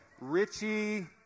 Richie